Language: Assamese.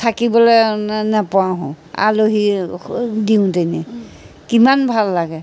থাকিবলৈ নোপোৱা হওঁ আলহীক দিওঁতেনে কিমান ভাল লাগে